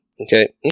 okay